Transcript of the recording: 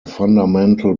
fundamental